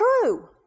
true